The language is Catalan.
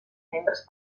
membres